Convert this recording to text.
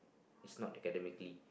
is not academically